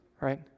right